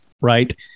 right